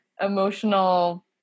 emotional